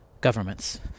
Governments